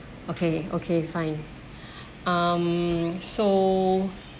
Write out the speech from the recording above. okay okay fine um so